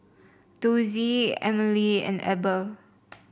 Dossie Emily and Eber